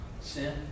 sin